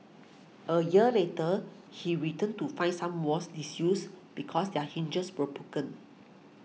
a year later he returned to find some walls disused because their hinges were broken